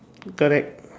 correct